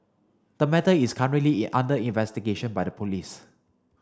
the matter is currently under investigation by the police